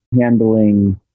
handling